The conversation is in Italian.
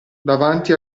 davanti